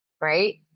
right